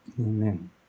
Amen